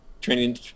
training